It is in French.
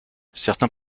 certains